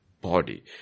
body